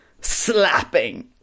slapping